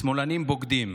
"שמאלנים בוגדים".